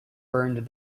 burned